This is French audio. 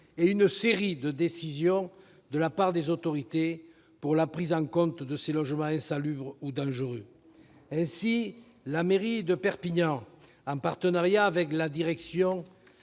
et une série de décisions de la part des autorités pour prendre en compte la situation de ces logements insalubres ou dangereux. Ainsi, la mairie de Perpignan, en partenariat avec la direction